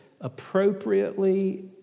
appropriately